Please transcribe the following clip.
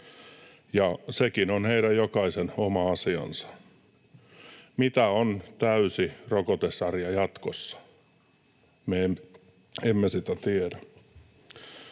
Sekin on heidän jokaisen oma asiansa. Mitä on täysi rokotesarja jatkossa, sitä me emme tiedä.